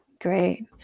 great